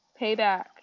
Payback